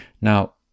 Now